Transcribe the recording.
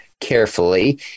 carefully